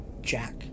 Jack